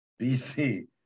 BC